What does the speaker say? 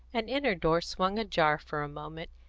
an inner door swung ajar for a moment,